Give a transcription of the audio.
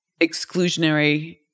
exclusionary